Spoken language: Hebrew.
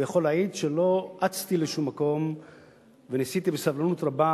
הוא יכול להעיד שלא אצתי לשום מקום וניסיתי בסבלנות רבה,